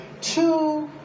two